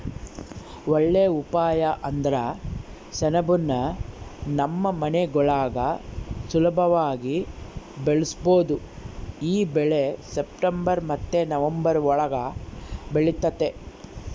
ಒಳ್ಳೇ ಉಪಾಯ ಅಂದ್ರ ಸೆಣಬುನ್ನ ನಮ್ ಮನೆಗುಳಾಗ ಸುಲುಭವಾಗಿ ಬೆಳುಸ್ಬೋದು ಈ ಬೆಳೆ ಸೆಪ್ಟೆಂಬರ್ ಮತ್ತೆ ನವಂಬರ್ ಒಳುಗ ಬೆಳಿತತೆ